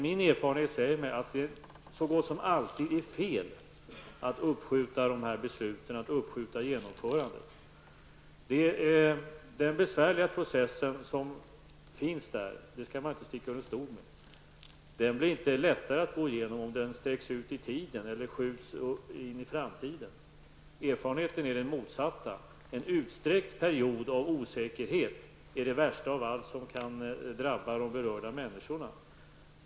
Min erfarenhet är att det som gott som alltid är fel att uppskjuta besluten och genomförandet. Den besvärliga processen blir inte lättare att gå igenom om den sträcks ut i tiden eller skjuts in i framtiden, det skall man inte sticka under stol med. Erfarenheten är den motsatta; en utsträckt period av osäkerhet är det värsta som kan drabba de berörda människorna.